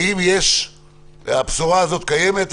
האם הבשורה הזו קיימת?